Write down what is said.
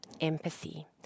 empathy